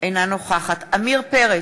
אינה נוכחת עמיר פרץ,